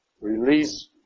Release